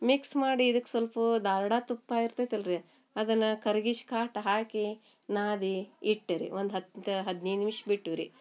mix ಮಾಡಿ ಇದಕ್ಕೆ ಸಲ್ಪ ದಾಲ್ಡ ತುಪ್ಪ ಇರ್ತೈತಲ್ಲ ರಿ ಅದನ್ನ ಕರ್ಗಿಸ್ ಕಾಟ ಹಾಕಿ ನಾದಿ ಇಟ್ಟೆ ರೀ ಒಂದು ಹತ್ತು ಹದಿನೈದು ನಿಮಿಷ ಬಿಟ್ಟೆವು ರೀ